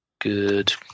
good